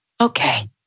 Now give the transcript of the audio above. okay